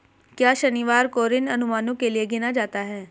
क्या शनिवार को ऋण अनुमानों के लिए गिना जाता है?